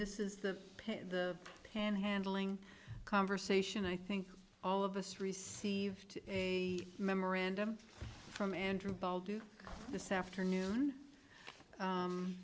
this is the pit in the pan handling conversation i think all of us received a memorandum from andrew bolt do this afternoon